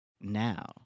now